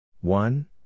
One